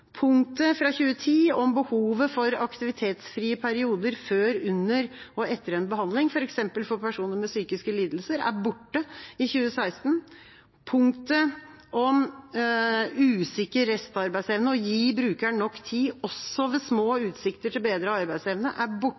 Punktet fra 2010 om behovet for aktivitetsfrie perioder før, under og etter en behandling, f.eks. for personer med psykiske lidelser, er borte i 2016. Punktet om usikker restarbeidsevne og å gi brukeren nok tid også ved små utsikter til bedre arbeidsevne er